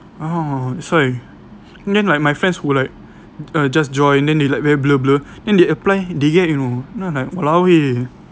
ah that's why then like my friends who like just join then they like very blur blur then they apply they get you know then I like !walao! eh